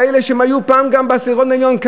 כאלה שהיו פעם גם בעשירון העליון,